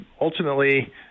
ultimately